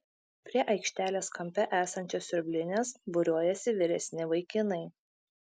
prie aikštelės kampe esančios siurblinės būriuojasi vyresni vaikinai